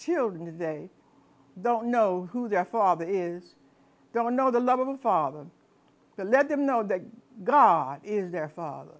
children today don't know who their father is don't know the love of a father to let them know that god is their father